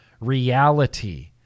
reality